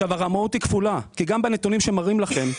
הרמאות היא כפולה כי גם בנתונים שמראים לכם,